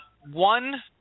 One